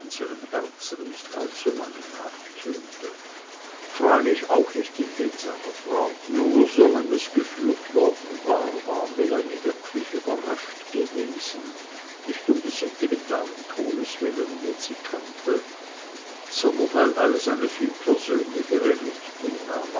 seinem herzen nicht allzulange nachtönte freilich auch nicht in dem seiner frau nur solang es geführt worden war war melanie wirklich überrascht gewesen nicht um des sentimentalen tones willen den sie kannte sondern weil alles eine viel persönlichere richtung